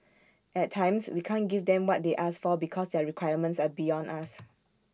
at times we can't give them what they ask for because their requirements are beyond us